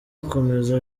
akomeza